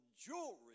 jewelry